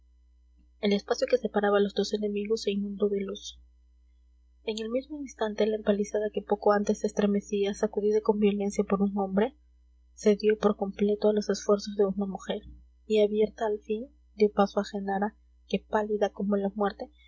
el espacio que separaba a los dos enemigos se inundó de luz en el mismo instante la empalizada que poco antes se estremecía sacudida con violencia por un hombre cedió por completo a los esfuerzos de una mujer y abierta al fin dio paso a genara que pálida como la muerte